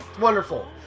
wonderful